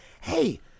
hey